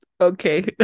okay